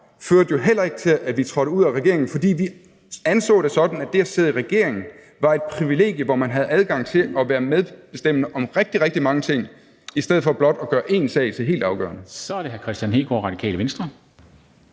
førte jo heller ikke til, at vi trådte ud af regeringen. For vi anså det sådan, at det at sidde i regering var et privilegie, hvor man havde adgang til at være medbestemmende om rigtig, rigtig mange ting i stedet for blot at gøre én sag til helt afgørende.